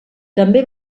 també